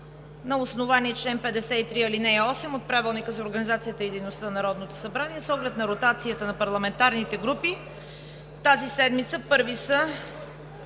на основание чл. 53, ал. 8 от Правилника за организацията и дейността на Народното събрание. 1. С оглед на ротацията на парламентарните групи тази седмица първи са